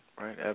Right